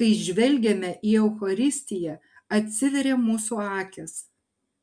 kai žvelgiame į eucharistiją atsiveria mūsų akys